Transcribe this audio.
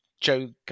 Joe